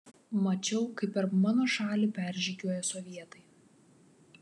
mačiau kaip per mano šalį peržygiuoja sovietai